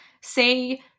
say